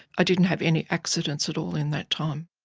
i didn't have any accidents at all in that time.